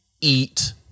eat